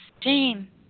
Jane